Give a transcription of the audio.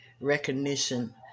recognition